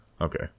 Okay